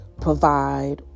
provide